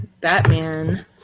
batman